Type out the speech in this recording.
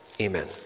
Amen